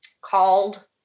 called